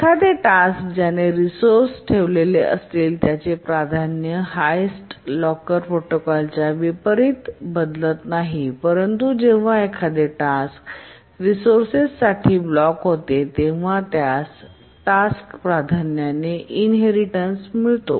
एखादे टास्क ज्याने रिसोर्स ठेवलेले असते त्याचे प्राधान्य हायेस्टलॉकर प्रोटोकॉलच्या विपरीत बदलत नाही परंतु जेव्हा एखादे टास्क रिसोर्सेस साठी ब्लॉक होते तेव्हाच त्यास टास्क च्या प्राधान्याने इनहेरिटेन्स मिळतो